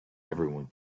everyone